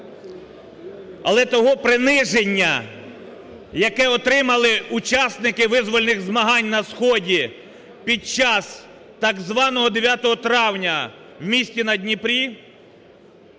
Але того приниження, яке отримали учасники визвольних змагань на сході під час так званого 9 травня в місті на Дніпрі,